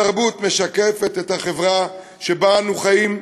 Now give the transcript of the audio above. התרבות משקפת את החברה שבה אנו חיים,